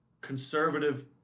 conservative